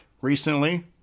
recently